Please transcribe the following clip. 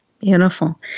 Beautiful